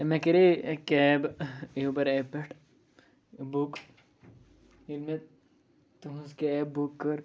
مےٚ کَرے cab Uber app پٮ۪ٹھ بُک ییٚلہِ مےٚ تُہٕنٛز کیب بُک کٔر